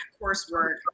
coursework